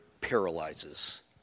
paralyzes